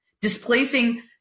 displacing